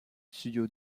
studio